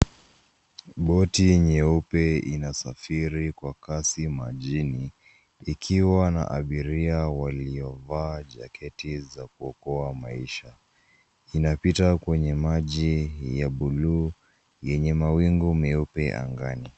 Boti nyeupe inasafiri kwa kasi majini ikiwa na abiria waliovaa jaketi za kuokoa maisha. Inapita kwenye maji ya (cs)blue(cs) yenye mawingu meupe angani .